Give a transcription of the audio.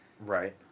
Right